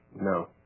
No